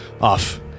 off